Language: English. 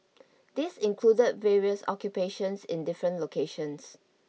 this included various occupations in different locations